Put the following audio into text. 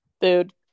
Food